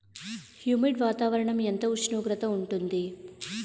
Humid వాతావరణం ఎంత ఉష్ణోగ్రత ఉంటుంది?